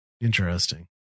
Interesting